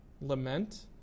lament